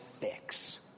fix